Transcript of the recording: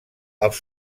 els